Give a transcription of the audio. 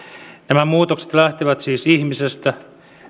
nämä muutokset lähtevät siis ihmisestä